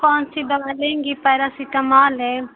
कौन सी दवा लेंगी पैरासेटामॉल है